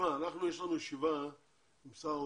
לישיבת המעקב הבאה אנחנו נדאג שזה יהיה.